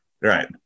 right